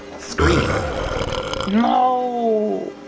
scream no,